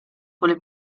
quelle